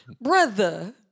brother